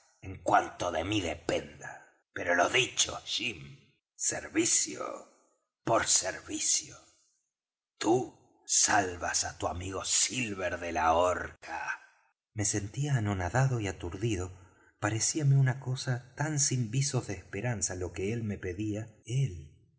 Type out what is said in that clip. en cuanto de mí dependa pero lo dicho jim servicio por servicio tú salvas á tu amigo silver de la horca me sentía anonadado y aturdido parecíame una cosa tan sin visos de esperanza lo que él me pedía él